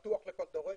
פתוח לכל דורש,